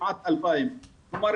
כמעט 2,000. כלומר,